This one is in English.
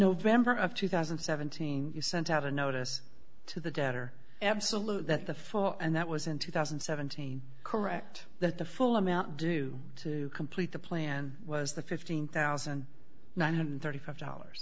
november of two thousand and seventeen you sent out a notice to the debtor absolute that the full and that was in two thousand and seventeen correct that the full amount due to complete the plan was the fifteen thousand nine hundred and thirty five dollars